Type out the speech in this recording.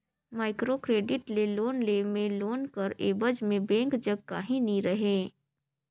micro credit ले loan लेय में लोन कर एबज में बेंक जग काहीं नी रहें